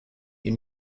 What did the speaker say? you